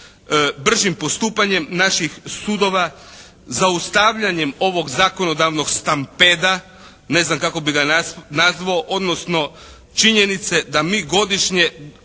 bržim postupanjem naših sudova, zaustavljanjem ovog zakonodavnog stampeda. Ne znam kako bih ga nazvao odnosno činjenice da mi godišnje